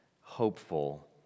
hopeful